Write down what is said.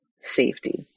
safety